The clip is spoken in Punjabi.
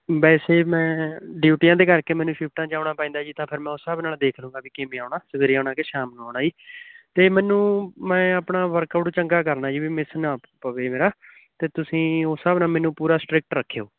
ਵੈਸੇ ਮੈਂ ਡਿਊਟੀਆਂ ਦੇ ਕਰਕੇ ਮੈਨੂੰ ਸ਼ਿਫਟਾਂ 'ਚ ਆਉਣਾ ਪੈਂਦਾ ਜੀ ਤਾਂ ਫਿਰ ਮੈਂ ਉਸ ਹਿਸਾਬ ਨਾਲ ਦੇਖ ਲੂਗਾ ਵੀ ਕਿਵੇਂ ਆਉਣਾ ਸਵੇਰੇ ਆਉਣਾ ਕਿ ਸ਼ਾਮ ਨੂੰ ਆਉਣਾ ਜੀ ਅਤੇ ਮੈਨੂੰ ਮੈਂ ਆਪਣਾ ਵਰਕਆਊਟ ਚੰਗਾ ਕਰਨਾ ਜਿਵੇਂ ਮਿਸ ਨਾ ਪਵੇ ਮੇਰਾ ਅਤੇ ਤੁਸੀਂ ਉਸ ਹਿਸਾਬ ਨਾਲ ਮੈਨੂੰ ਪੂਰਾ ਸਟ੍ਰਿਕਟ ਰੱਖਿਉ